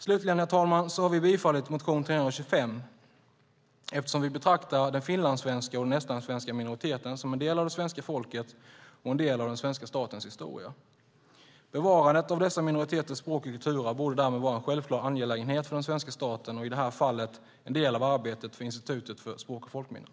Slutligen, herr talman, har vi bifallit motion 325 eftersom vi betraktar den finlandssvenska och den estlandssvenska minoriteten som en del av det svenska folket och av den svenska statens historia. Bevarandet av dessa minoriteters språk och kulturarv borde därmed vara en självklar angelägenhet för den svenska staten och i det här fallet en del av arbetet för Institutet för språk och folkminnen.